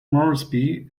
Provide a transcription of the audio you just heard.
moresby